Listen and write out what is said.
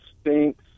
stinks